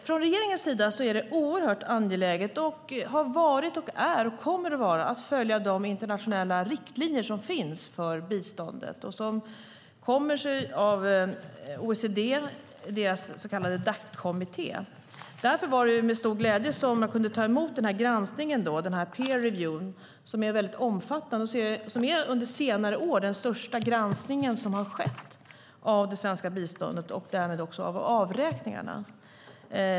Från regeringens sida har det varit, är och kommer att vara oerhört angeläget att följa de internationella riktlinjer som finns för biståndet och som kommer från OECD:s biståndskommitté, Dac. Därför var det med stor glädje som jag kunde ta emot denna peer review, som är omfattande och den största granskningen som har skett under senare år av det svenska biståndet och därmed också av avräkningarna.